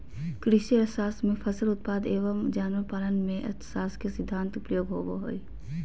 कृषि अर्थशास्त्र में फसल उत्पादन एवं जानवर पालन में अर्थशास्त्र के सिद्धान्त प्रयोग होबो हइ